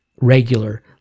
regular